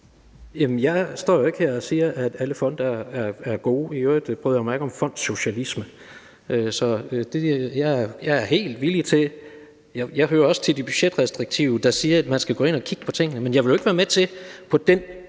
jeg står jo ikke her og siger, at alle fonde er gode. I øvrigt bryder jeg mig ikke om fondssocialisme, så jeg er helt villig til at høre til de budgetrestriktive, der siger, at man skal gå ind og kigge på tingene. Men jeg vil jo ikke være med til det